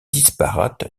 disparate